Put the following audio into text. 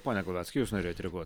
pone glaveckai jūs norėjot reaguot